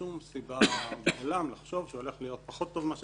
שום סיבה לחשוב שהולך להיות פחות טוב.